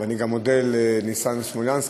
ואני גם מודה לניסן סלומינסקי,